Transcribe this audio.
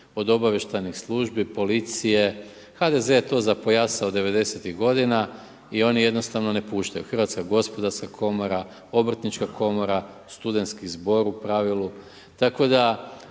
od obavještajnih službi, policije, HDZ je to zapojasao 90-ih godina i i oni jednostavno ne puštaju Hrvatska gospodarska komora, Obrtnička komora, Studentski zbor u pravilu.